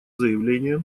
заявление